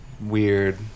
weird